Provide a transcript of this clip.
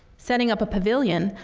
setting up a pavilion,